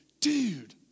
dude